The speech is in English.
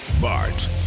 Bart